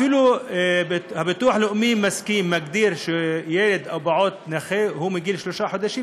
אפילו הביטוח הלאומי מסכים ומגדיר שילד או פעוט נכה מגיל שלושה חודשים,